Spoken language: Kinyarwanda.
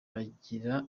rigira